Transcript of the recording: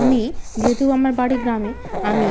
আমি যেহেতু আমার বাড়ি গ্রামে আমি